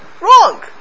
wrong